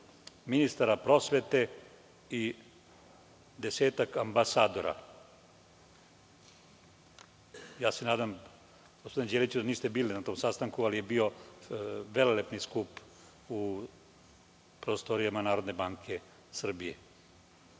ministara prosvete i desetak ambasadora. Nadam se, gospodine Đeliću, da niste bili na tom sastanku, ali je bio velelepni skup u prostorijama Narodne banke Srbije.